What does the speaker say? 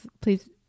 please